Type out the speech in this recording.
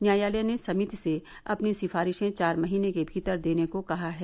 न्यायालय ने समिति से अपनी सिफारिशें चार महीने के भीतर देने को कहा है